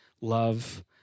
love